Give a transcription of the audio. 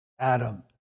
Adam